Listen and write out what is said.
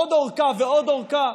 עוד ארכה ועוד ארכה,